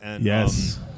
Yes